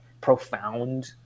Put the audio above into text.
profound